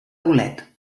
bolet